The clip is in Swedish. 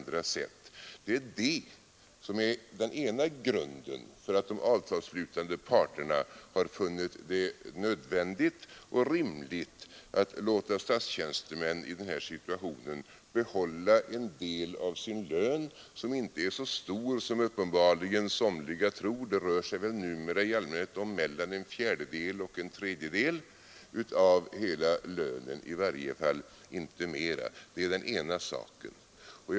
Detta är den ena grunden till att de avtalsslutande parterna har funnit det nödvändigt och rimligt att låta statstjänstemän i denna situation behålla en del av sin lön, en del som inte är så stor som somliga uppenbarligen tror. Det rör sig väl numera i allmänhet om mellan en fjärdedel och en tredjedel av hela lönen, i varje fall inte mera. Det är alltså det ena motivet.